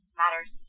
matters